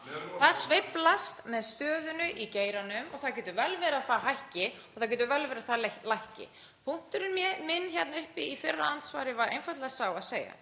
Það sveiflast með stöðunni í geiranum og það getur vel verið að það hækki og það getur vel verið að það lækki. Punkturinn minn í fyrra andsvari var einfaldlega sá að í